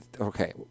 okay